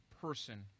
person